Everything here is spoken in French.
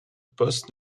poste